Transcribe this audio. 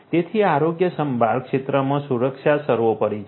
તેથી આરોગ્ય સંભાળ ક્ષેત્રમાં સુરક્ષા સર્વોપરી છે